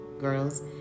girls